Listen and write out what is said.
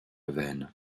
veines